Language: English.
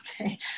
Okay